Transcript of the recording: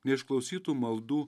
neišklausytų maldų